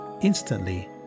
Instantly